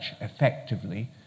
effectively